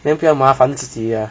then 不用麻烦洗 ah